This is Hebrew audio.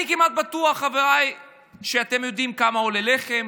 אני כמעט בטוח, חבריי, שאתם יודעים כמה עולה לחם,